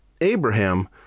Abraham